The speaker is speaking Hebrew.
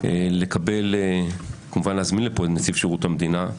להזמין לפה את נציב שירות המדינה,